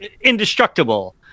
indestructible